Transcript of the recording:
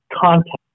content